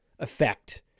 effect